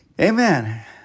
Amen